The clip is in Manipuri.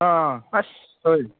ꯑꯥ ꯑꯁ ꯍꯣꯏ